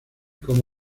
cómo